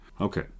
Okay